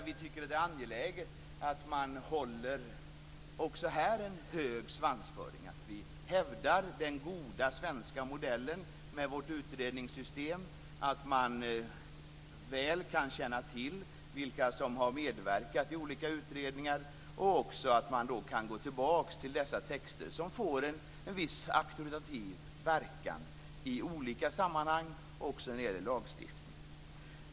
Vi tycker att det är angeläget att man också här har en hög svansföring. Vi ska hävda den goda svenska modellen med vårt utredningssystem där man väl känner till vilka som har medverkat i olika utredningar. Man kan också gå tillbaka till dessa texter som får en viss auktoritativ verkan i olika sammanhang, också när det gäller lagstiftning.